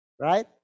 right